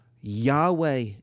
Yahweh